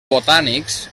botànics